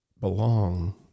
belong